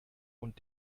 und